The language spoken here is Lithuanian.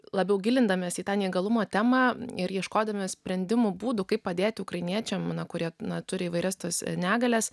labiau gilindamiesi į tą neįgalumo temą ir ieškodami sprendimų būdų kaip padėti ukrainiečiams kurie turi įvairias tas negalias